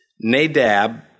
Nadab